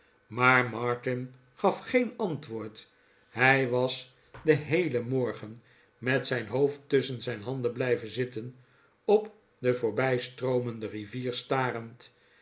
martin gaf geen antwoord hij was den heelen morgen met zijn hoofd tusschen zijn handen blijven zitten op de voorbijstroomende rivier starend